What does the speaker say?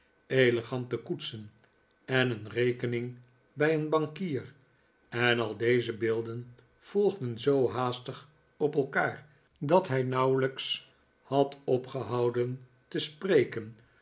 elegante koetsen en een rekening bij een bankier en al deze beelden volgden zoo haastig op elkaar dat hij nauwelijks had opgehouden te spreken